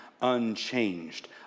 unchanged